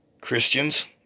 Christians